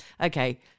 okay